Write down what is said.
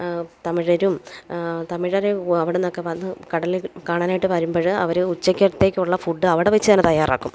തമിഴരും തമിഴർ അവിടുന്നൊക്കെ വന്ന് കടൽ കാണാനായിട്ട് വരുമ്പോൾ അവർ ഉച്ചക്കത്തേക്കുള്ള ഫുഡ് അവിടെ വെച്ച് തന്നെ തയ്യാറാക്കും